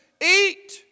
eat